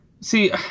See